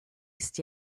ist